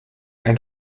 ein